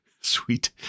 sweet